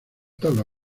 tabla